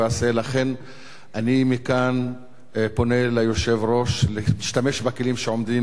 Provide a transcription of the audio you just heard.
לכן אני פונה מכאן ליושב-ראש להשתמש בכלים שעומדים לרשותו.